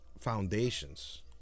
foundations